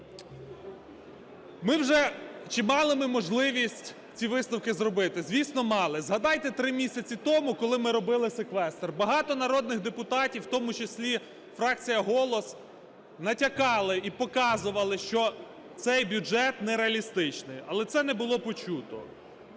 Чи мали ми можливість ці висновки зробити? Звісно, мали. Згадайте, 3 місяці тому, коли ми робили секвестр, багато народних депутатів, в тому числі фракція "Голос", натякали і показували, що цей бюджет нереалістичний. Але це не було почуто.